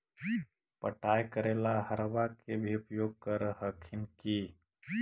पटाय करे ला अहर्बा के भी उपयोग कर हखिन की?